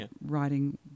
writing